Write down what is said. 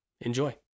enjoy